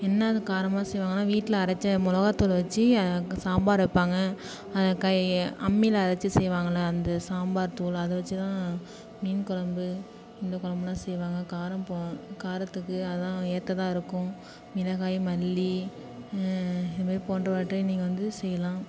என்ன காரமாக செய்வாங்கன்னா வீட்டில் அரைச்ச மிளகாத்தூள வைச்சி அங்கே சாம்பார் வைப்பாங்க கை அம்மியில் அரைச்சி செய்வாங்கள்ல அந்த சாம்பார்த்தூள் அதை வைச்சிதான் மீன் கொழம்பு இந்த கொழம்புலாம் செய்வாங்க காரம் காரத்துக்கு அதான் ஏற்றதா இருக்கும் மிளகாய் மல்லி இதுமாதிரி போன்றவற்றை நீங்கள் வந்து செய்யலாம்